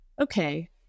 okay